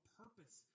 purpose